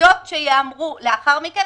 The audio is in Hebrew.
עמדות שייאמרו לאחר מכן,